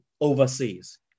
overseas